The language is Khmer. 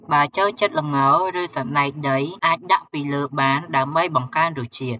បើចូលចិត្ត ល្ង ឬសណ្ដែកដី អាចដាក់ពីលើបានដើម្បីបង្កើនរសជាតិ។